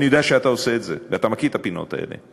אני יודע שאתה עושה את זה ואתה מכיר את הפינות האלה,